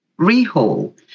rehaul